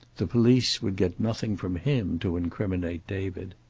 the police would get nothing from him to incriminate david.